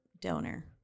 donor